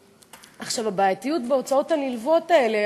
הבעייתיות בהוצאות הנלוות האלה,